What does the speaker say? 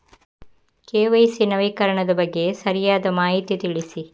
KYC ನವೀಕರಣದ ಬಗ್ಗೆ ಸರಿಯಾದ ಮಾಹಿತಿ ತಿಳಿಸಿ?